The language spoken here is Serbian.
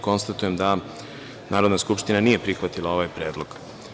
Konstatujem da Narodna skupština nije prihvatila ovaj predlog.